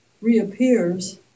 Reappears